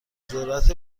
ذرت